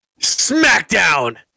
SmackDown